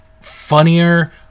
funnier